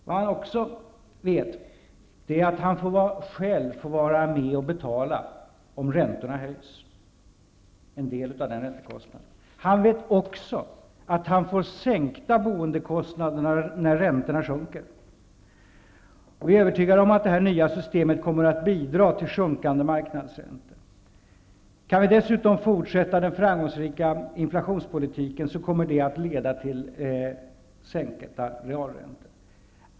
Vad han också vet är att han själv får vara med och betala en del av räntekostnaden om räntorna höjs. Han vet också att han får sänkta boendekostnader när räntorna sjunker. Vi är övertygade om att detta nya system kommer att bidra till sjunkande marknadsräntor. Kan vi dessutom fortsätta med den framgångsrika kampen mot inflationen kommer detta leda till sänkta realräntor.